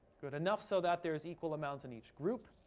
good. enough so that there is equal amount in each group.